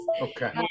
Okay